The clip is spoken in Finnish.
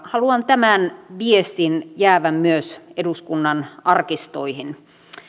haluan tämän viestin jäävän myös eduskunnan arkistoihin